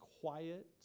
quiet